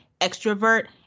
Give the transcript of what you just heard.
extrovert